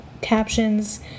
Captions